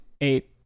Eight